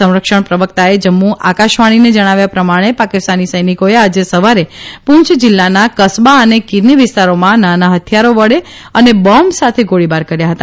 સંરક્ષણ પ્રવકતાએ જમ્મુ આકાશવાણીને જણાવ્યા પ્રમાણે પાકિસ્તાની સૈનિકોએ આજે સવારે પૂંછ જિલ્લાના કસ્બા અને કિરની વિસ્તારોમાં નાના ફથિથારો વડે અને બોંબ સાથે ગોળીબાર કર્યો હતો